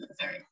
sorry